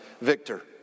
victor